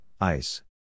ice